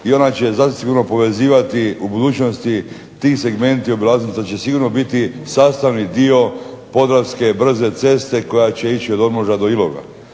i ona će zasigurno povezivati u budućnosti ti segmenti obilaznica će sigurno biti sastavni dio Podravske brze ceste koja će ići od Omroža do Iloka.